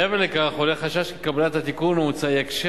מעבר לכך עולה חשש כי קבלת התיקון המוצע תקשה